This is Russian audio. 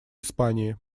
испании